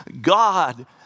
God